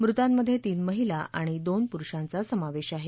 मृतांमध्ये तीन महिला आणि दोन पुरूषांचा समावेश आहे